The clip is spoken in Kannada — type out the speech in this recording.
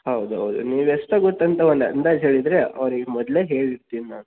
ಹೌದು ಹೌದು ನೀವು ಎಷ್ಟು ಆಗುತ್ತೇಂತ ಒಂದು ಅಂದಾಜು ಹೇಳಿದರೆ ಅವ್ರಿಗೆ ಮೊದಲೇ ಹೇಳಿರ್ತೀವಿ ನಾವು